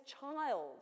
child